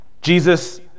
Jesus